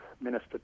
Minister